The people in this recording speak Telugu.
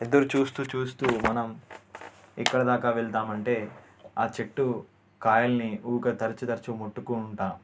ఎదురు చూస్తూ చూస్తూ మనం ఎక్కడదాకా వెళ్తామంటే ఆ చెట్టు కాయల్ని ఊర్కే తరచు తరచు ముట్టుకుంటాం